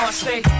stay